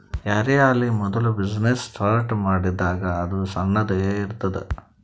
ಯಾರೇ ಆಲಿ ಮೋದುಲ ಬಿಸಿನ್ನೆಸ್ ಸ್ಟಾರ್ಟ್ ಮಾಡಿದಾಗ್ ಅದು ಸಣ್ಣುದ ಎ ಇರ್ತುದ್